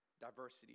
diversity